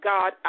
God